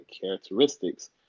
characteristics